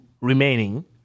remaining